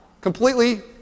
completely